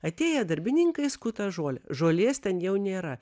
atėję darbininkai skuta žolė žolės ten jau nėra